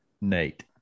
Nate